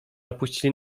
opuścili